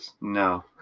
no